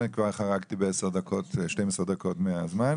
אני כבר חרגתי ב-12 דקות מהזמן.